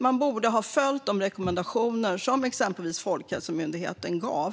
Man borde ha följt de rekommendationer som exempelvis Folkhälsomyndigheten gav.